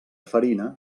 farina